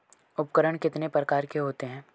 उपकरण कितने प्रकार के होते हैं?